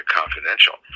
confidential